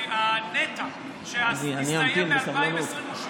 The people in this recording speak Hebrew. הנת"ע שיסתיים ב-2028,